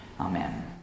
amen